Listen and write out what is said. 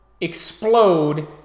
explode